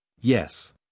Yes